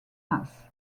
mass